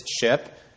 ship